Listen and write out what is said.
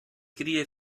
cria